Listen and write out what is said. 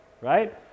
Right